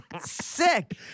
Sick